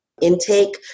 intake